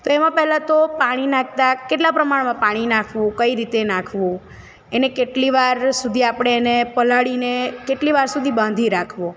તેમાં પહેલાં તો પાણી નાખતાં કેટલાં પ્રમાણમાં પાણી નાખવું કઈ રીતે નાખવું એને કેટલી વાર સુધી આપણે એને પલાળીને કેટલી વાર સુધી બાંધી રાખવો